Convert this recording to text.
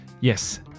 Yes